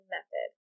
Method